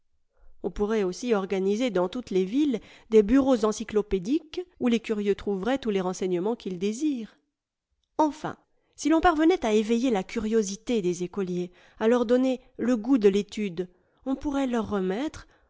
on pourrait aussi organiser dans toutes les villes des bureaux encyclopédiques où les curieux trouveraient tous les renseignements qu'ils désirent enfin si l'on parvenait à éveiller la curiosité des écoliers à leur donner le goût de l'étude on pourrait leur remettre